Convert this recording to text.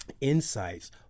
insights